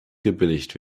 gebilligt